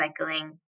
recycling